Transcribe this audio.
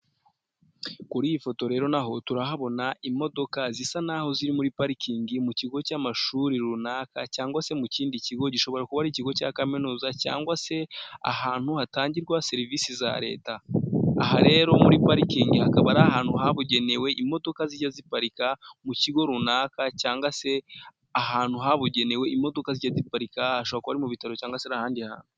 Kuri iyi foto rero naho turahabona imodoka zisa n'aho ziri muri parikingi mu kigo cy'amashuri runaka cyangwa se mu kindi kigo gishobora kuba ari ikigo cya kaminuza cyangwa se ahantu hatangirwa serivisi za leta aha rero muri parikingi hakaba ari ahantu habugenewe imodoka zijya ziparika mu kigo runaka cyangwa se ahantu habugenewe imodoka zijya ziparika hashora kuba ari mu bitaro cyangwag se n'ahandi hantu.